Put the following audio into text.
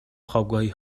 خوابگاهی